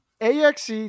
AXE